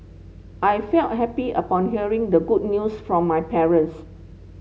I felt happy upon hearing the good news from my parents